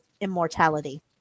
immortality